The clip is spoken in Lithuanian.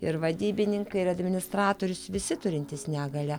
ir vadybininkai ir administratorius visi turintys negalią